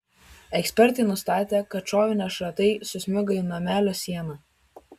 ekspertai nustatė kad šovinio šratai susmigo į namelio sieną